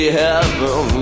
heaven